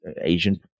Asian